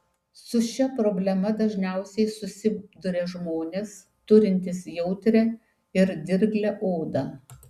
su šia problema dažniausiai susiduria žmonės turintys jautrią ir dirglią odą